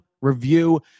review